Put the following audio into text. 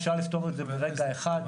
אפשר לפתור את זה ברגע אחד.